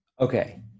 Okay